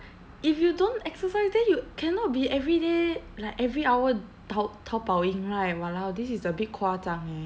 if you don't exercise then you cannot be every day like every hour tao~ Taobaoing right !walao! this is a bit 夸张 eh